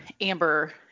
amber